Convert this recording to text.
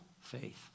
faith